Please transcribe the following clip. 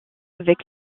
avec